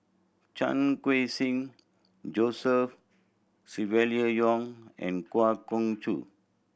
Chan Khun Sing Joseph Silvia Yong and Kwa Geok Choo